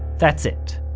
that's it.